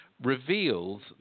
reveals